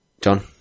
John